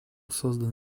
создан